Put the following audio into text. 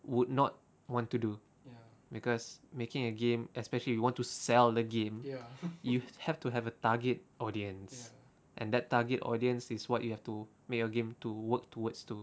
would not want to do because making a game especially if you want to sell the game you have to have a target audience and that target audience is what you have to make your game to work towards to